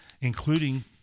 including